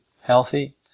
healthy